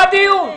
מה הדיון?